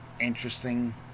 interesting